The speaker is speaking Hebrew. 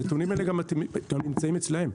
הנתונים האלה גם נמצאים אצלם.